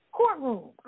courtroom